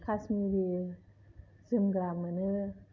कासमिरि जोमग्रा मोनो